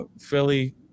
Philly